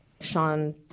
Sean